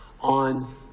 on